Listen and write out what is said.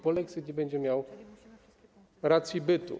Polexit nie będzie miał racji bytu.